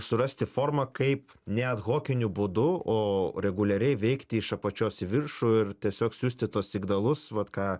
surasti formą kaip neadhokiniu būdu o reguliariai veikti iš apačios į viršų ir tiesiog siųsti tuos signalus vat ką